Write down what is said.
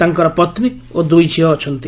ତାଙ୍କର ପତ୍ନୀ ଓ ଦୁଇ ଝିଅ ଅଛନ୍ତି